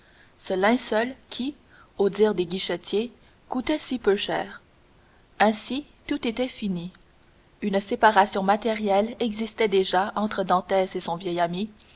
ce linceul qui au dire des guichetiers coûtait si peu cher ainsi tout était fini une séparation matérielle existait déjà entre dantès et son vieil ami